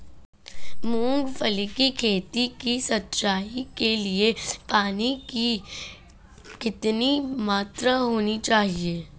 मूंगफली की खेती की सिंचाई के लिए पानी की कितनी मात्रा होनी चाहिए?